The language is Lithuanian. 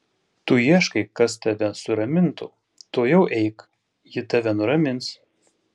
tu ieškai kas tave suramintų tuojau eik ji tave nuramins